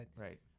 right